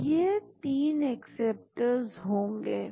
तो यह तीन एक्सेप्टर्स होंगे